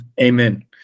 Amen